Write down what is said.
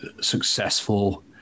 successful